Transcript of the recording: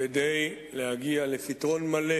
כדי להגיע לפתרון מלא